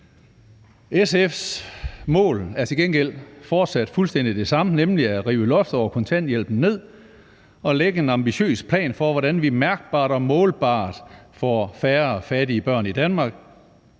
SF's mål er til gengæld fortsat fuldstændig det samme, nemlig at rive loftet over kontanthjælpen ned og lægge en ambitiøs plan for, hvordan vi mærkbart og målbart får færre fattige børn i Danmark,